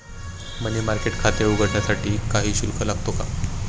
मनी market खाते उघडण्यासाठी काही शुल्क लागतो का?